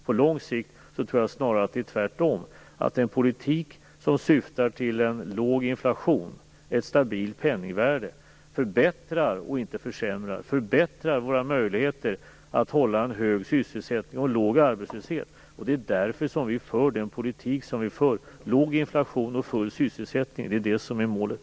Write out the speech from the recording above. På lång sikt tror jag snarare att det är tvärtom, att en politik som syftar till en låg inflation och ett stabilt penningvärde inte försämrar utan förbättrar våra möjligheter att hålla en hög sysselsättning och låg arbetslöshet. Det är därför som vi för den politik som vi för. Låg inflation och full sysselsättning är det som är målet.